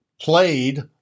played